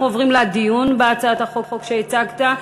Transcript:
אנחנו עוברים לדיון בהצעת החוק שהצגת.